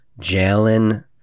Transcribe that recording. Jalen